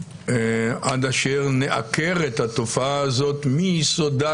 עד אשר נעקר את התופעה הזו מיסודה,